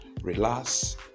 relax